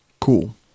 Cool